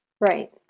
right